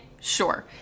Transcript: sure